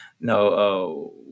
No